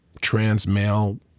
trans-male